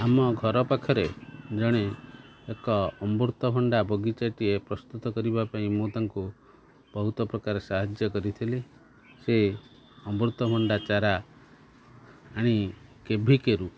ଆମ ଘର ପାଖରେ ଜଣେ ଏକ ଅମୃତଭଣ୍ଡା ବଗିଚାଟିଏ ପ୍ରସ୍ତୁତ କରିବା ପାଇଁ ମୁଁ ତାଙ୍କୁ ବହୁତ ପ୍ରକାର ସାହାଯ୍ୟ କରିଥିଲି ସେ ଅମୃତଭଣ୍ଡା ଚାରା ଆଣି କେଭିକେରୁ